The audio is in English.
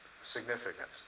significance